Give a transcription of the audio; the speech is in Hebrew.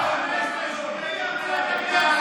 אורבך.